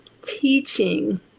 teaching